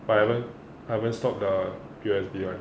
but I haven't I haven't stopped the P_O_S_B [one]